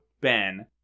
Ben